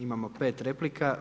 Imamo 5 replika.